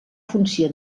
funció